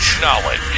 knowledge